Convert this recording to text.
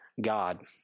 God